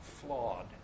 flawed